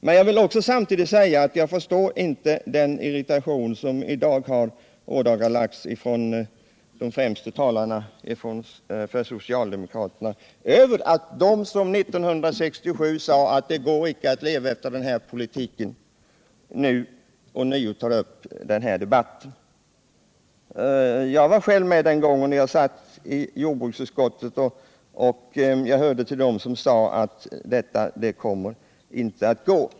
Men jag vill samtidigt säga att jag inte förstår den irritation som i dag har ådagalagts från de främsta talarna för socialdemokratin över att de som 1967 sade att det inte går att leva efter den här politiken nu ånyo tar upp debatten. Jag var själv med den gången. Jag satt i jordbruksutskottet och jag hörde till dem som sade: Detta kommer inte att gå.